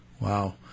Wow